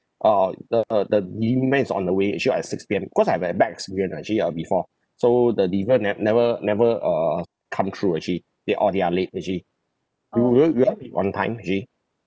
uh the the delivery man is on the way it should at six P_M cause I have a bad experience ah actually uh before so the delivery guy ne~ never never uh come through actually they or they are late actually you don't you have to leave on time actually